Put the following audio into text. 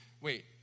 Wait